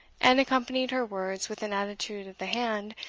and accompanied her words with an attitude of the hand,